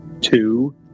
two